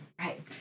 Right